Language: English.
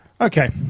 Okay